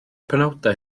penawdau